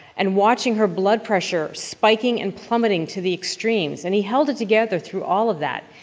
and watching her blood pressure spiking and plummeting to the extremes. and he held it together through all of that.